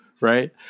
right